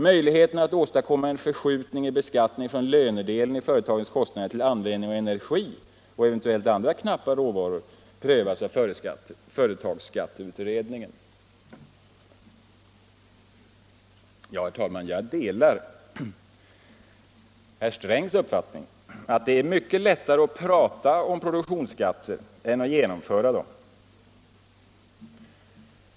Möjligheten att åstadkomma en förskjutning i beskattningen från lönedelen i företagens kostnader till användningen av energi och eventuellt även knappa råvaror prövas av företagsskatteutredningen.” Herr talman! Jag delar herr Strängs uppfattning att det är mycket lättare att prata om produktionsskatter än att genomföra dem.